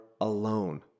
alone